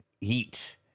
eat